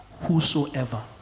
Whosoever